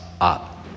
up